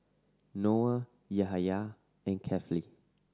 Noah Yahaya and Kefli